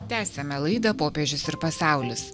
tęsiame laidą popiežius ir pasaulis